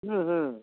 ହୁଁ ହୁଁ